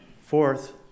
Fourth